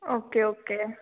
okay okay